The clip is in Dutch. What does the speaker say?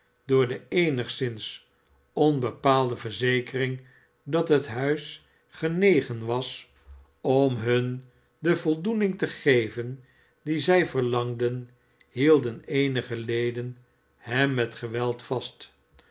door de eenigszins onbepaalde verzekering dat het huisgenegen was om hun de voldoening te geven die zij verlangden hielden eenige leden em met geweld vast